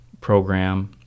program